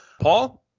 Paul